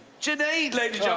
junaid, ladies yeah